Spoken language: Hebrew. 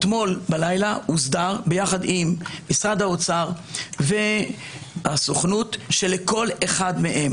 אתמול בלילה הוסדר יחד עם משרד האוצר והסוכנות שלכל אחד מהם,